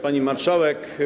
Pani Marszałek!